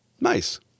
Nice